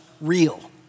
real